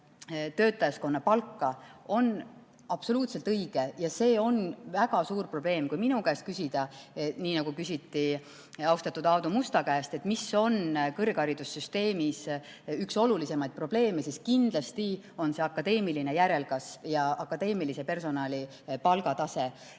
töötajaskonna palka –, on absoluutselt õige ja see on väga suur probleem. Kui minu käest küsida nii, nagu küsiti austatud Aadu Musta käest, et mis on kõrgharidussüsteemis üks olulisemaid probleeme, siis kindlasti on see akadeemiline järelkasv ja akadeemilise personali palgatase.